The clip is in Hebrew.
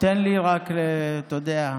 תן לי רק, אתה יודע,